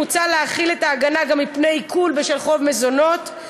מוצע להחיל את ההגנה מפני עיקול גם בשל חוב מזונות,